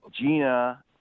Gina